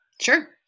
Sure